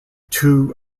two